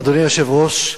אדוני היושב-ראש,